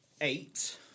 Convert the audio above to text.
eight